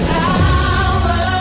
power